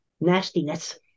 nastiness